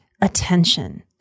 attention